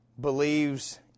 believes